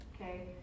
Okay